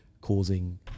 causing